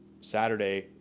Saturday